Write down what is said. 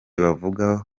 bavuga